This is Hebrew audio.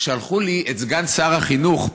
שלחו לי את סגן שר החינוך,